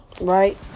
right